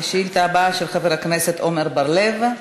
של חבר הכנסת עמר בר-לב.